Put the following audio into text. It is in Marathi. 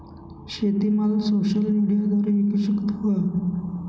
शेतीमाल सोशल मीडियाद्वारे विकू शकतो का?